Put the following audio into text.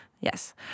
Yes